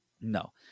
No